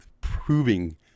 proving